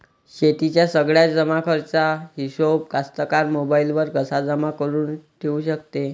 शेतीच्या सगळ्या जमाखर्चाचा हिशोब कास्तकार मोबाईलवर कसा जमा करुन ठेऊ शकते?